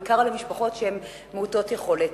בעיקר לבני משפחות שהן מעוטות יכולת.